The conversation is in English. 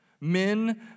men